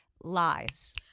lies